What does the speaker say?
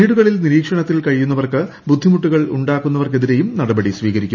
വീടുകളിൽ നിരീക്ഷണത്തിൽ കഴിയുന്നവർക്ക് ബുദ്ധിമുട്ടുകൾ ഉണ്ടാക്കുന്നവർക്കെതിരെയും നടപടി സ്വീകരിക്കും